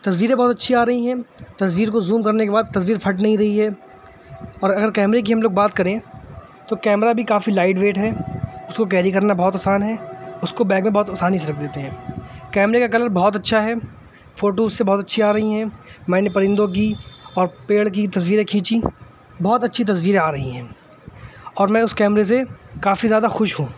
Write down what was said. تصویریں بہت اچھی آ رہی ہیں تصویر کو زوم کرنے کے بعد تصویر پھٹ نہیں رہی ہے اور اگر کیمرے کی ہم لوگ بات کریں تو کیمرہ بھی کافی لائٹ ویٹ ہے اس کو کیری کرنا بہت آسان ہے اس کو بیگ میں بہت آسانی سے رکھ دیتے ہیں کیمرے کا کلر بہت اچھا ہے فوٹو اس سے بہت اچھی آ رہی ہیں میں نے پرندوں کی اور پیڑ کی تصویریں کھینچیں بہت اچھی تصویریں آ رہی ہیں اور میں اس کیمرے سے کافی زیادہ خوش ہوں